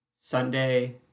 Sunday